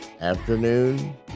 afternoon